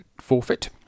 forfeit